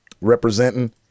representing